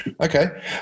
Okay